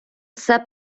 все